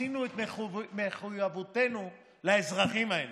עשינו את מחויבותנו לאזרחים האלה,